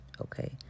okay